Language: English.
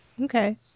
Okay